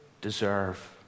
deserve